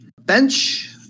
bench